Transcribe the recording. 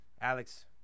Alex